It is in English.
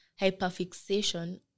hyperfixation